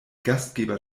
gastgeber